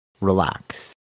relax